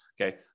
Okay